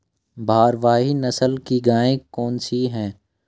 भारवाही नस्ल की गायें कौन सी हैं?